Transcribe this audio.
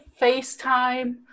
FaceTime